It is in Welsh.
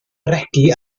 regi